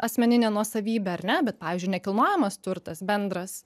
asmenine nuosavybe ar ne bet pavyzdžiui nekilnojamas turtas bendras